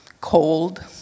cold